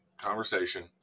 conversation